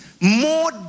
more